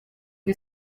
who